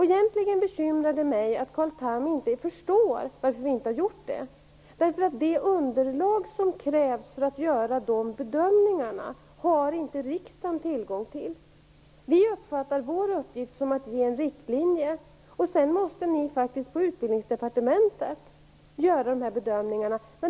Egentligen bekymrar det mig att Carl Tham inte förstår varför vi inte har gjort det. Det underlag som krävs för att göra de bedömningarna har inte riksdagen tillgång till. Vi moderater uppfattar riksdagens uppgift som att ge en riktlinje. Sedan måste Utbildningsdepartementet göra bedömningarna.